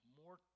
more